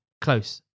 close